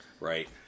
right